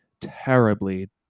terribly